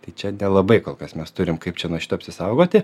tai čia nelabai kol kas mes turim kaip čia nuo šito apsisaugoti